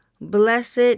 Blessed